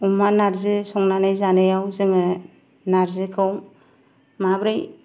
अमा नार्जि संनानै जानायाव जोङो नार्जिखौ माबोरै